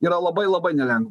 yra labai labai nelengva